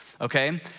Okay